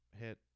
hit